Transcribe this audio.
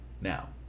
Now